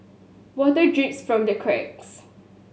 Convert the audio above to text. water drips from the cracks